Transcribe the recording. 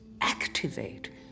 activate